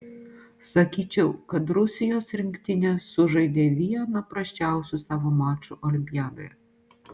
sakyčiau kad rusijos rinktinė sužaidė vieną prasčiausių savo mačų olimpiadoje